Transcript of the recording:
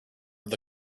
that